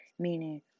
Meaning